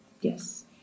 Yes